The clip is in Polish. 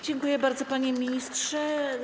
Dziękuję bardzo, panie ministrze.